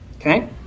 Okay